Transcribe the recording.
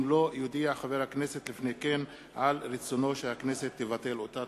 אם לא יודיע חבר הכנסת לפני כן על רצונו שהכנסת תבטל אותה.